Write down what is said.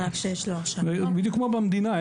בדיוק כמו במדינה.